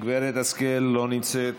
גברת השכל, לא נמצאת.